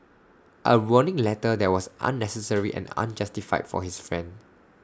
A warning letter that was unnecessary and unjustified for his friend